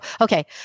okay